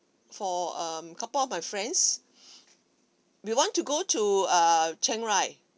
for um couple of my friends we want to go to err chiangrai